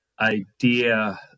idea